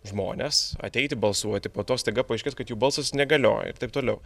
žmones ateiti balsuoti po to staiga paaiškės kad jų balsas negalioja ir taip toliau